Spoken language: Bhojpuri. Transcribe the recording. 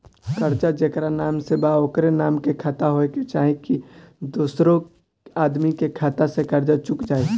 कर्जा जेकरा नाम से बा ओकरे नाम के खाता होए के चाही की दोस्रो आदमी के खाता से कर्जा चुक जाइ?